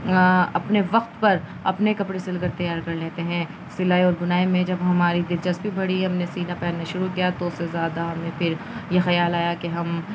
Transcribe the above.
اپنے وقت پر اپنے کپڑے سل کر تیار کر لیتے ہیں سلائی اور بنائی میں جب ہماری دلچسپی بڑی ہے ہم نے سینہ پہننا شروع کیا تو اس سے زیادہ ہمیں پھر یہ خیال آیا کہ ہم